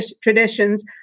traditions